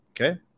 okay